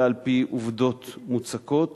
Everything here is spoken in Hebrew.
אלא על-פי עובדות מוצקות,